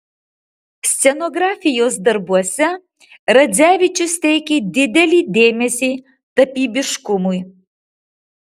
scenografijos darbuose radzevičius teikė didelį dėmesį tapybiškumui